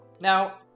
Now